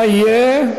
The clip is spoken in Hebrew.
מה יהיה?